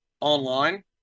online